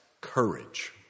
courage